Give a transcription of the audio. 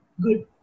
good